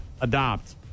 Adopt